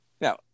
now